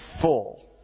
full